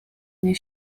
nie